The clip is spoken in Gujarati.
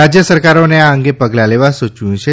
રાજ્ય સરકારોને આ અંગે પગલાં લેવા સૂચવ્યું છે